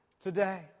today